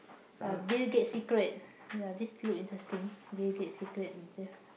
uh Bill-Gates secret ya this look interesting Bill-Gates secret the